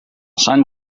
sant